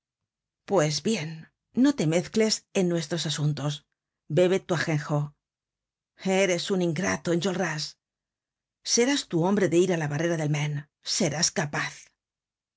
pues bien no te mezcles en nuestros asuntos bebe tu ajenjo eres un ingrato enjolras serás tú hombre de ir á la barrera del maine serás capaz